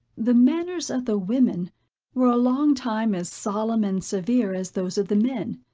the manners of the women were a long time as solemn and severe as those of the men,